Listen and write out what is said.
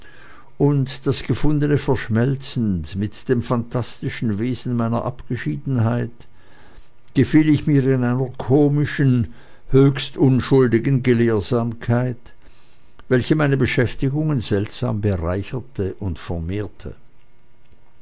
und das gefundene verschmelzend mit dem phantastischen wesen meiner abgeschiedenheit gefiel ich mir in einer komischen höchst unschuldigen gelehrsamkeit welche meine beschäftigungen seltsam bereicherte und vermehrte